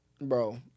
Bro